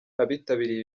abitabiriye